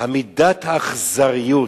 מידת האכזריות